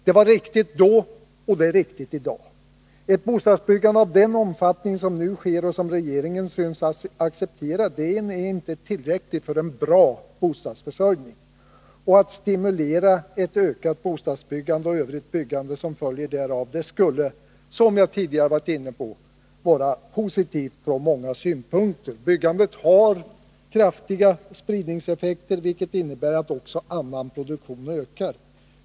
Det var riktigt då, och det är riktigt i dag. Ett bostadsbyggande av den nuvarande omfattningen, som regeringen syns acceptera, är inte tillräckligt för en bra bostadsförsörjning. Att stimulera ett ökat bostadsbyggande och övrigt byggande som följer därav skulle, som jag tidigare varit inne på, vara positivt från många synpunkter. Byggandet har kraftiga spridningseffekter, vilket innebär att också annan produktion ökar.